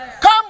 Come